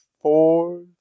four